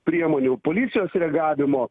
priemonių policijos reagavimo